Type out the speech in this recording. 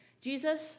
Jesus